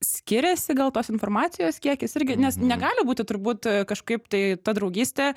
skiriasi gal tos informacijos kiekis irgi nes negali būti turbūt kažkaip tai ta draugystė